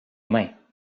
mains